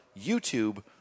YouTube